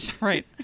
Right